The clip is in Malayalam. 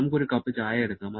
നമുക്ക് ഒരു കപ്പ് ചായ എടുക്കാം